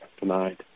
tonight